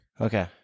Okay